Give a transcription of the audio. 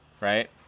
Right